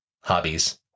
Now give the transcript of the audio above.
hobbies